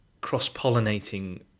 cross-pollinating